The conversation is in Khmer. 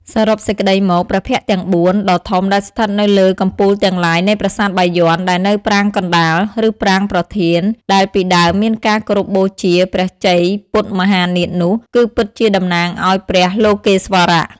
សរុបសេចក្តីមក ព្រះភ័ក្ត្រទាំង៤ ដ៏ធំដែលស្ថិតនៅលើកំពូលទាំងឡាយនៃប្រាសាទបាយ័ន ដែលនៅប្រាង្គកណ្តាល ឬប្រាង្គប្រធានដែលពីដើមមានការគោរពបូជាព្រះជ័យពុទ្ធមហានាថនោះ គឺពិតជាតំណាងឱ្យព្រះលោកេស្វរៈ។